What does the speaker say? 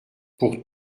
pour